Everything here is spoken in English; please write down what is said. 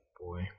Boy